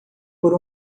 por